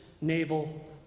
Naval